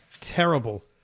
terrible